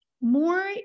more